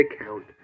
account